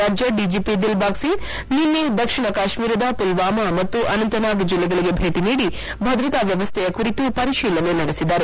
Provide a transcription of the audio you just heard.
ರಾಜ್ಯ ಡಿಜೆಪಿ ದಿಲ್ಬಾಗ್ ಸಿಂಗ್ ನಿನ್ನೆ ದಕ್ಷಿಣ ಕಾತ್ನೀರದ ಪುಲ್ವಾಮ ಮತ್ತು ಅನಂತನಾಗ್ ಜಿಲ್ಲೆಗಳಗೆ ಭೇಟಿ ನೀಡಿ ಭದ್ರತಾ ವ್ಯವಸ್ಥೆಯ ಕುರಿತು ಪರಿಶೀಲನೆ ನಡೆಸಿದರು